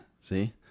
See